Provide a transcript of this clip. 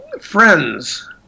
friends